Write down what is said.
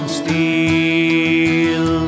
steel